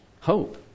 hope